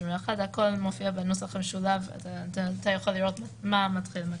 הכול מופיע בנוסח המשולב אתה יכול לראות מה מתחיל מתי.